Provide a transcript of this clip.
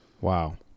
Wow